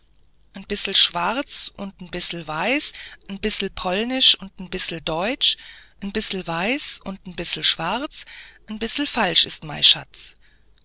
n bissel schwarz und n bissel weiß n bissel polnisch und n bissel deutsch n bissel weiß und n bissel schwarz n bissel falsch ist mei schatz